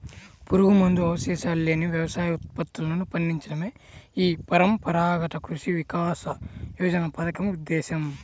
పురుగుమందు అవశేషాలు లేని వ్యవసాయ ఉత్పత్తులను పండించడమే ఈ పరంపరాగత కృషి వికాస యోజన పథకం ఉద్దేశ్యం